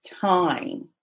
time